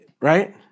right